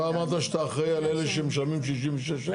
לא אמרת שאתה אחראי על אלה שמשלמים 66 שקלים?